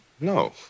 no